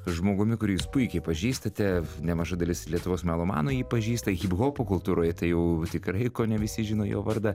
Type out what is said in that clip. žmogumi kurį jūs puikiai pažįstate nemaža dalis lietuvos melomanų jį pažįsta hiphopo kultūroj tai jau tikrai kone visi žino jo vardą